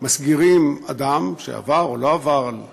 מסגירים אדם, שעבר או לא עבר על חוק,